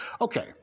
Okay